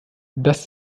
das